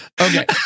okay